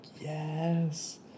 yes